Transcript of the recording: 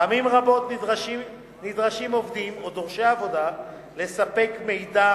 פעמים רבות נדרשים עובדים או דורשי עבודה לספק מידע